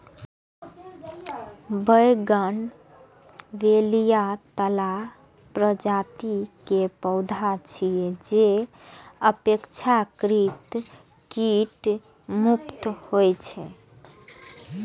bougainvillea लता प्रजाति के पौधा छियै, जे अपेक्षाकृत कीट मुक्त होइ छै